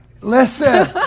Listen